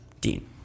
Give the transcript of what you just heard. Dean